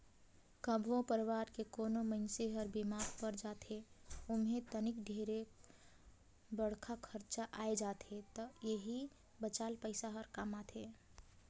कभो परवार के कोनो मइनसे हर बेमार पर जाथे ओम्हे तनिक ढेरे बड़खा खरचा आये जाथे त एही बचाल पइसा हर काम आथे